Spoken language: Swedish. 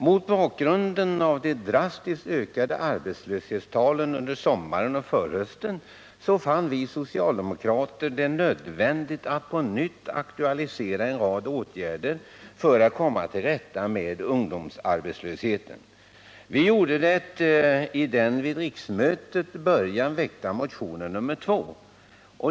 Mot bakgrunden av de Nr 55 drastiskt ökade arbetslöshetstalen under sommaren och förhösten fann vi socialdemokrater det nödvändigt att på nytt aktualisera en rad åtgärder för att komma till rätta med ungdomsarbetslösheten. Vi gjorde det i den vid riksmötets början väckta motionen nr 2.